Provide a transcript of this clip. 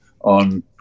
on